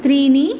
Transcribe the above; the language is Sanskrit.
त्रीणि